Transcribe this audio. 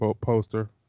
poster